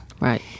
Right